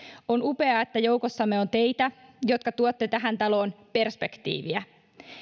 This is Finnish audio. on upeaa että joukossamme on teitä jotka tuotte tähän taloon perspektiiviä